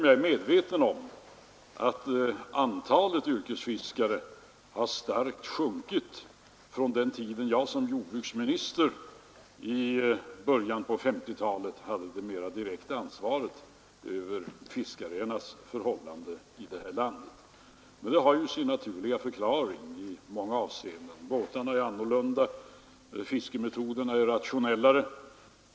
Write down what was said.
Jag är medveten om att antalet yrkesfiskare starkt har sjunkit från den tiden då jag som jordbruksminister i början av 1950-talet hade det mera direkta ansvaret för fiskarnas förhållanden i det här landet. Det har ju i många avseenden sin naturliga förklaring. Båtarna är annorlunda och fiskemetoderna är rationellare.